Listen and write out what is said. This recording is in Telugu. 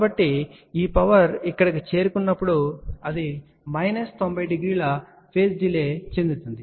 కాబట్టి ఈ పవర్ ఇక్కడకు చేరుకున్నప్పుడు అది మైనస్ 90 డిగ్రీల ఫేజ్ డిలే చెందుతుంది